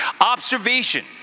Observation